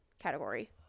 category